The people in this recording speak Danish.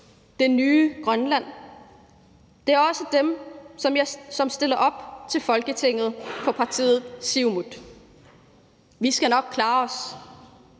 det nye Grønland. Det er også dem, som stiller op til Folketinget for partiet Siumut. Vi skal nok klare os,